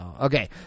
Okay